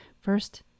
first